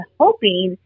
hoping